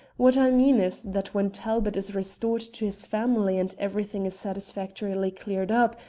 what i mean is that when talbot is restored to his family and everything is satisfactorily cleared up,